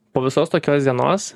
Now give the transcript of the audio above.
po visos tokios dienos